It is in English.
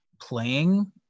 playing